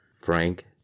Frank